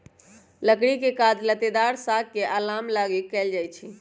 लकड़ी के काज लत्तेदार साग सब्जी के अलाम लागी कएल जाइ छइ